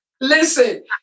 Listen